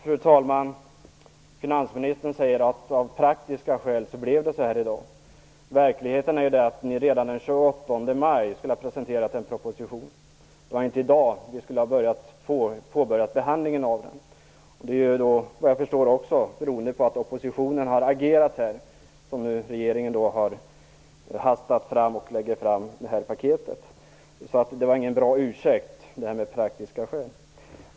Fru talman! Finansministern säger att det av praktiska skäl blev så här i dag. Verkligheten är den att regeringen redan den 28 maj skulle ha presenterat en proposition. Det var inte i dag vi skulle ha påbörjat behandlingen av den. Det är såvitt jag förstår beroende på att oppositionen har agerat som regeringen nu har hastat fram det paket som den nu lägger fram. Det är ingen bra ursäkt att skylla på praktiska skäl.